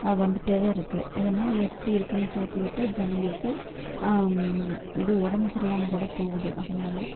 வந்துகிட்டே தான் இருக்கு இதனால் எப்படி இருக்குன்னு பார்த்துகிட்டு ஜனங்களுக்கு இது உடம்பு சரில்லாம கூட போகுது அதனால்